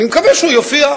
אני מקווה שהוא יופיע.